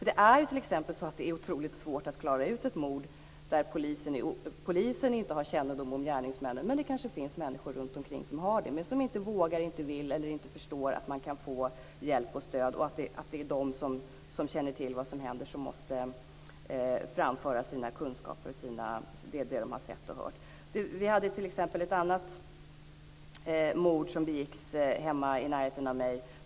Det är t.ex. otroligt svårt att klara ut ett mord där polisen inte har kännedom om gärningsmännen men där det kanske finns människor som har det. Men de kanske inte vågar, inte vill eller inte förstår att man kan få hjälp och stöd och att det är de som känner till vad som händer som måste framföra sina kunskaper och det som de har sett och hört. Det var t.ex. ett mord som begicks hemma, i närheten av mig.